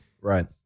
Right